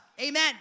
Amen